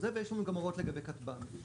ויש לנו גם הוראות לגבי כטב"מ.